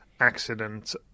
accident